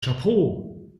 chapeau